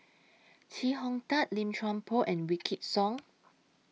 Chee Hong Tat Lim Chuan Poh and Wykidd Song